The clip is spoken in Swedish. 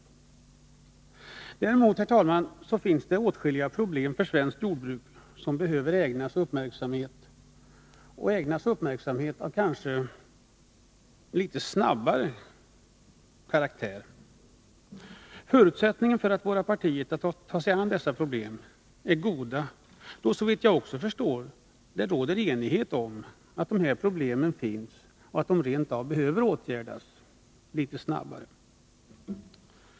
Däremot, herr talman, finns det åtskilliga problem för det svenska jordbruket som behöver ägnas uppmärksamhet — av kanske litet snabbare karaktär. Förutsättningarna för att våra partier skall ta sig an dessa problem är goda, då det såvitt jag förstår råder enighet om att dessa problem finns och att de rent av behöver åtgärdas litet snabbare.